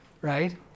Right